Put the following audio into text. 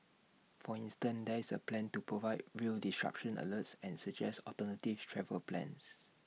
for instance there is A plan to provide rail disruption alerts and suggest alternative travel plans